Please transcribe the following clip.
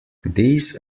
these